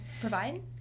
provide